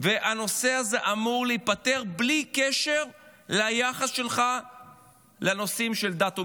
והנושא הזה אמור להיפתר בלי קשר ליחס שלך לנושאים של דת ומדינה.